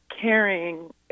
caring